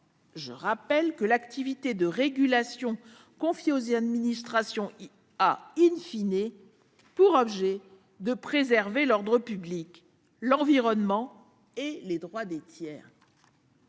conflictuelles. Or l'activité de régulation confiée aux administrations a pour objet de préserver l'ordre public, l'environnement et les droits des tiers.